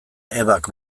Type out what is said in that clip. ebak